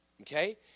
Okay